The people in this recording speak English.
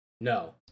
no